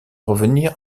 revenir